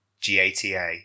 G-A-T-A